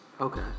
Okay